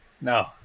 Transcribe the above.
no